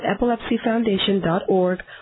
EpilepsyFoundation.org